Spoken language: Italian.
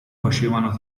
facevano